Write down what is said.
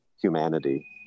humanity